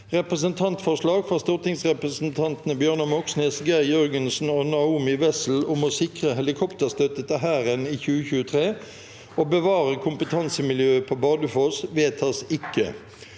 Representantforslag fra stortingsrepresentantene Bjørnar Moxnes, Geir Jørgensen og Naomi Wessel om å sikre helikopterstøtte til Hæren i 2023 og bevare kompetansemiljøet på Bardufoss – vedtas ikke.